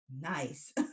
Nice